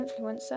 influencer